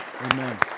Amen